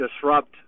disrupt